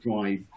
drive